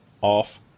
off